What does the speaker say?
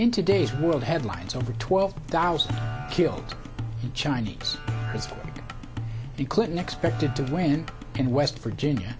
into days world headlines over twelve thousand killed chinese as the clinton expected to win in west virginia